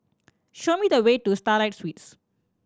show me the way to Starlight Suites